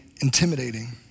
intimidating